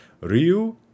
Ryu